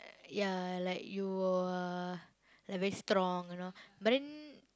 ya like you will like very strong you know but then